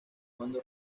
cuando